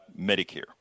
Medicare